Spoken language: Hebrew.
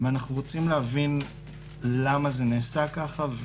ואנחנו רוצים להבין למה זה נעשה ככה,